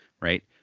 right